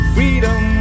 Freedom